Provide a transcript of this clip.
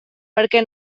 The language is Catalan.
perquè